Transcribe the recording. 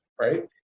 Right